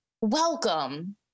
welcome